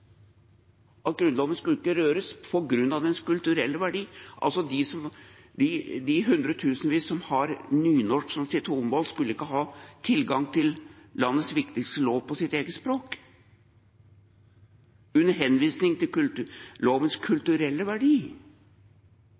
at Grunnloven ikke skulle røres på grunn av dens kulturelle verdi, altså skulle ikke de hundretusenvis som har nynorsk som sitt hovedmål, ha tilgang til landets viktigste lov på sitt eget språk, under henvisning til lovens kulturelle verdi.